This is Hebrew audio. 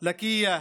לקיה,